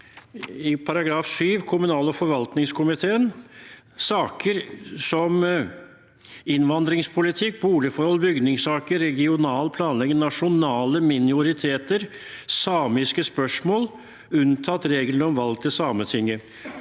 7: «Kommunal- og forvaltningskomiteen: Saker om (…) innvandringspolitikk, boligforhold, bygningssaker, regional planlegging, nasjonale minoriteter, samiske spørsmål unntatt reglene om valg til Sametinget»